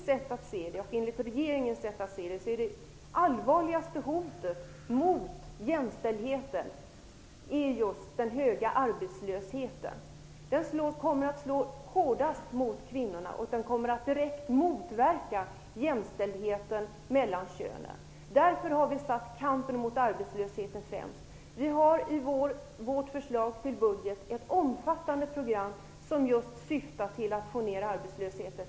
Som jag och regeringen ser detta är det allvarligaste hotet mot jämställdheten just den höga arbetslösheten. Den kommer att slå hårdast mot kvinnorna och den kommer att direkt motverka jämställdheten mellan könen. Därför har vi satt kampen mot arbetslösheten främst. I vårt förslag till budget finns det ett omfattande program som just syftar till att få ned arbetslösheten.